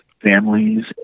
Families